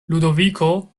ludoviko